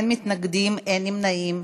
אין מתנגדים, אין נמנעים.